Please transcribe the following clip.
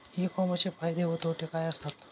E कॉमर्सचे फायदे व तोटे काय असतात?